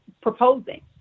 proposing